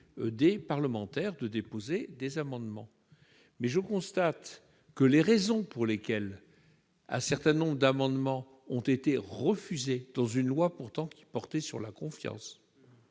des parlementaires de déposer des amendements. Les raisons pour lesquelles un certain nombre d'amendements ont été refusés, dans une loi pourtant qui portait sur la confiance